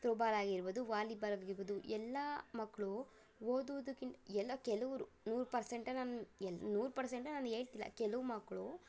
throwball ಆಗಿರ್ಬೋದು volleyball ಆಗಿರ್ಬೋದು ಎಲ್ಲ ಮಕ್ಕಳು ಓದುದಕಿನ್ನ ಎಲ್ಲೋ ಕೆಲವರು ನೂರು ಪರ್ಸೆಂಟ್ ನಾನು ಎಲ್ಲ ನೂರು ಪರ್ಸೆಂಟ್ ನಾನು ಹೇಳ್ತಿಲ್ಲ ಕೆಲವ್ ಮಕ್ಕಳು